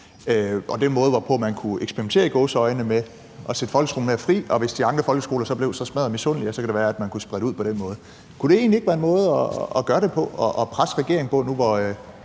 På den måde kunne man – i gåseøjne – eksperimentere med at sætte folkeskolen mere fri, og hvis de andre folkeskoler så blev smaddermisundelige, kunne det være, at man kunne sprede det ud på den måde. Kunne det egentlig ikke være en måde at gøre det på og en måde at presse regeringen nu, hvor